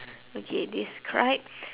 okay describe